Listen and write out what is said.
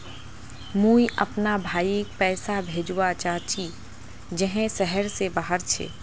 मुई अपना भाईक पैसा भेजवा चहची जहें शहर से बहार छे